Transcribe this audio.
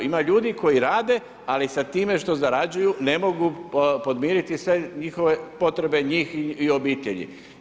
Ima ljudi koji rade ali sa time što zarađuju ne mogu podmiriti sve njihove potrebe njih i obitelji.